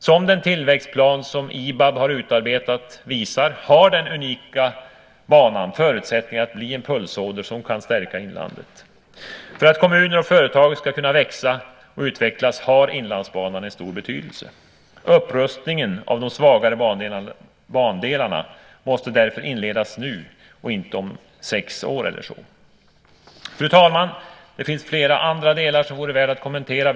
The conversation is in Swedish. Som den tillväxtplan som IBAB har utarbetat visar har den unika banan förutsättningar att bli en pulsåder som kan stärka inlandet. För att kommuner och företag ska kunna växa och utvecklas har Inlandsbanan en stor betydelse. Upprustningen av de svagare bandelarna måste därför inledas nu och inte om sex år eller så. Fru talman! Det finns flera andra delar som vore värda att kommentera.